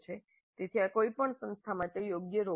તેથી આ કોઈ પણ સંસ્થા માટે યોગ્ય રોકાણ હશે